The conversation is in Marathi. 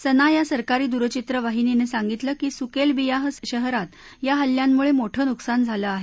सना या सरकारी दूरचित्रवाहिनीने सांगितलं की सुकेलबियाह शहरात या हल्ल्यांमुळे मोठं नुकसान झालं आहे